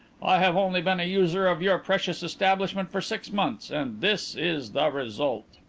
i have only been a user of your precious establishment for six months, and this is the result.